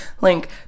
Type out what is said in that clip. link